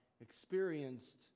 experienced